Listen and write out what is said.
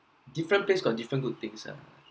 different place got different good thing ah